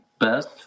Best